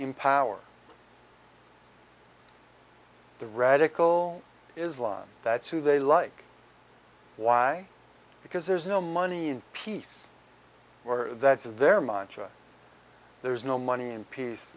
empower the radical islam that's who they like why because there's no money in peace that's their mind there's no money in peace